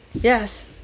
Yes